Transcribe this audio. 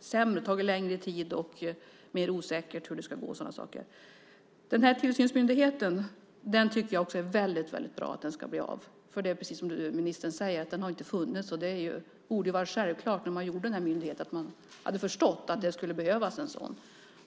sämre. Det tar längre tid, är mer osäkert hur det ska gå och sådana saker. Jag tycker också att det är väldigt bra att tillsynsmyndigheten ska bli av. Det är precis som ministern säger. Den har inte funnits. Det borde ha varit självklart när man skapade myndigheten Försäkringskassan att man hade förstått att det skulle behövas en sådan.